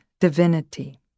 divinity